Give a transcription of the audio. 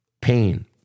pain